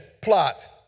plot